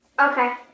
Okay